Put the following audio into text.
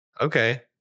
Okay